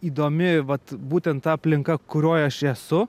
įdomi vat būtent ta aplinka kurioj aš esu